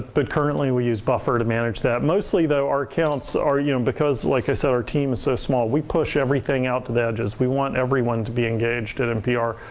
but currently we use buffer to manage that. mostly though, our accounts are. you know because like i said, our team is so small, we push everything out to the edges. we want everyone to be engaged at npr.